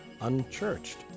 unchurched